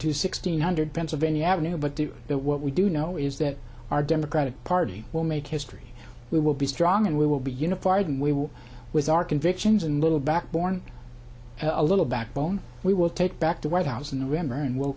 sixteen hundred pennsylvania avenue but do what we do know is that our democratic party will make history we will be strong and we will be unified and we will with our convictions and little back born a little backbone we will take back the white house and remember and we'll